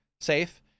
safe